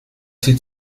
sie